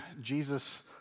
Jesus